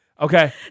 Okay